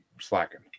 slacking